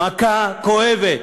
מכה כואבת.